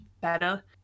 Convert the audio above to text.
better